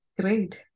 great